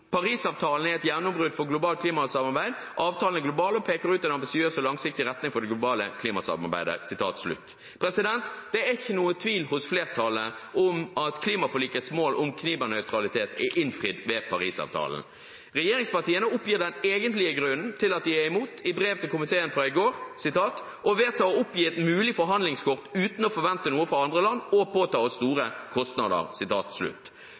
«Parisavtalen er et gjennombrudd for globalt klimasamarbeid. Avtalen er global og peker ut en ambisiøs og langsiktig retning for det globale klimasamarbeidet.» Det er ikke noen tvil hos flertallet om at klimaforlikets mål om klimanøytralitet er innfridd ved Paris-avtalen. Regjeringspartiene oppgir den egentlige grunnen til at de er imot, i brev til komiteen fra i går – å vedta å oppgi et mulig forhandlingskort uten å forvente noe fra andre land er å påta oss